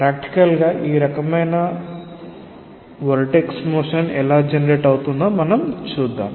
practical గా ఈ రకమైన వొర్టెక్స్ మోషన్ ఎలా జెనెరేట్ అవుతుందో మనం చూద్దాము